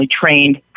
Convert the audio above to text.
trained